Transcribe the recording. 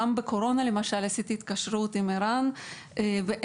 גם בקורונה למשל עשיתי התקשרות עם ער"ן והם